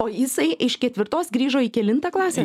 o jisai iš ketvirtos grįžo į kelintą klasę